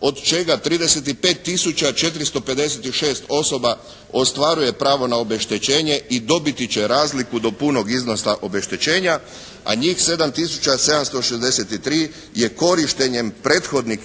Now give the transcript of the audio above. od čega 35 tisuća 456 osoba ostvaruje pravo na obeštećenje i dobiti će razliku do punog iznosa obeštećenja. A njih 7 tisuća 763 je korištenjem prethodnih